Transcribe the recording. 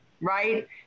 right